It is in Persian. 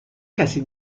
کسی